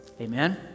Amen